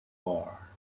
bar